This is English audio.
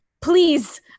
Please